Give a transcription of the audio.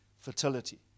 fertility